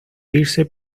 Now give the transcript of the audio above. irse